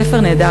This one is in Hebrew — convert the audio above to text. זה ספר נהדר,